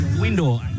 Window